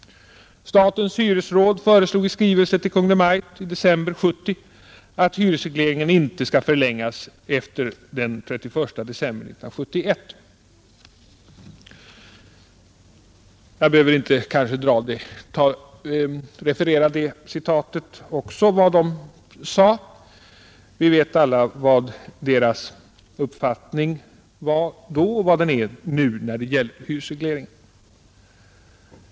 behöver kanske inte referera vad rådet sade då; vi vet alla vilken rådets uppfattning om hyresregleringen var då och vilken den är nu.